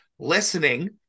listening